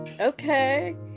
okay